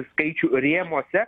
skaičių rėmuose